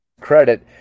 credit